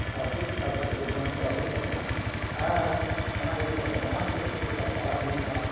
ᱟᱨ ᱪᱮᱫᱠᱟ ᱠᱟᱛᱮᱫ ᱠᱚ ᱵᱟᱧᱪᱟᱣ ᱦᱮᱡ ᱠᱟᱱᱟ ᱟᱨ ᱚᱱᱟ ᱤᱫᱤ ᱠᱟᱛᱮᱫ ᱢᱟᱲᱟᱝ ᱥᱮᱫ ᱪᱮᱰᱠᱟ ᱛᱟᱲᱟᱢ ᱦᱩᱭᱩᱜᱼᱟ